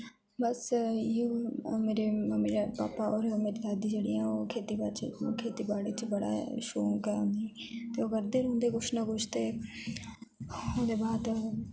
बस इयौ मेरे mummy papa होंर मेरी दादी जेह्ड़ी ऐ ओह् खेती बाड़ी खेती बाड़ी च बड़ा शौक ऐ उनेई ते ओह् करदे रौह्दे कुछ ना कुछ ओह्दे बाद